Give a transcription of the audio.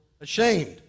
ashamed